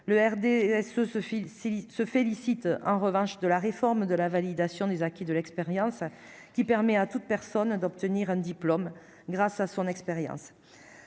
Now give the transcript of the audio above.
fil s'il se félicite en revanche de la réforme de la validation des acquis de l'expérience qui permet à toute personne d'obtenir un diplôme grâce à son expérience